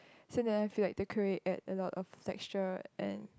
so then I feel like the quail egg adds a lot of texture and